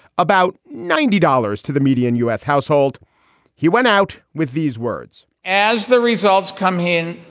about ninety dollars to the median u s. household he went out with these words as the results come in.